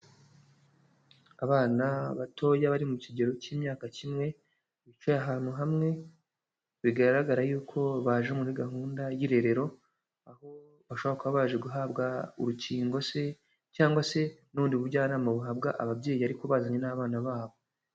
Abana batoya bari mu kigero cy'imyaka kimwe, bicaye ahantu hamwe, bigaragara yuko baje muri gahunda y'irerero, aho bashaka baje guhabwa urukingo se cyangwa se n'ubundi bujyanama buhabwa ababyeyi ariko bazanye n'abana babo.